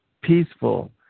peaceful